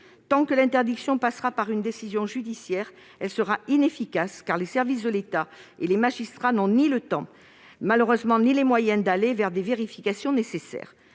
Tant que l'interdiction nécessitera une décision judiciaire, elle sera inefficace, car les services de l'État et les magistrats n'ont malheureusement ni le temps ni les moyens d'effectuer les vérifications nécessaires.